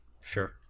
sure